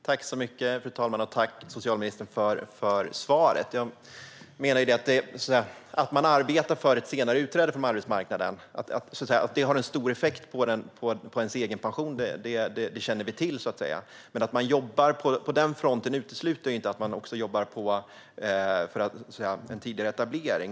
Fru talman! Jag vill tacka socialministern för svaret. Vi vet att ett senare utträde från arbetsmarknaden får stor effekt på den egna pensionen. Men att man jobbar på den fronten utesluter inte att man också kan jobba på tidigare etablering.